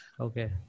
Okay